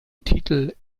titel